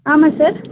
ஆமாம் சார்